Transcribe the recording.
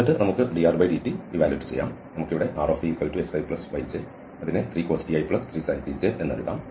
എന്നിട്ട് നമുക്ക് drdt കണക്കാക്കാം നമുക്കിവിടെ rtxiyj3cos t i3sin t j എന്നു ലഭിക്കും